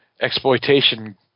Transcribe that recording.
exploitation